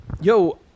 yo